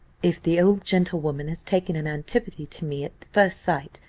if the old gentlewoman has taken an antipathy to me at first sight,